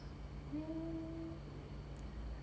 mm